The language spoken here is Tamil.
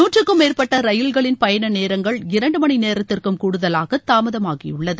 நூற்றுக்கும் மேற்பட்ட ரயில்களின் பயண நேரங்கள் இரண்டு மனி நேரத்திற்கும் கூடுதலாக தூமதம் ஆகியுள்ளது